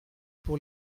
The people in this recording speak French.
pour